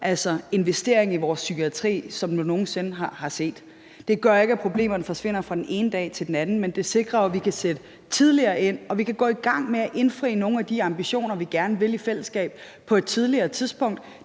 største investering i vores psykiatri, som man nogen sinde har set. Det gør ikke, at problemerne forsvinder fra den ene dag til den anden, men det sikrer jo, at vi kan sætte tidligere ind, og at vi kan gå i gang med at indfri nogle af de ambitioner, vi gerne vil i fællesskab, på et tidligere tidspunkt.